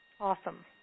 Awesome